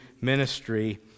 ministry